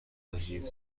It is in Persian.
بدهید